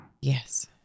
Yes